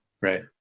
Right